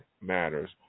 matters